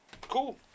Cool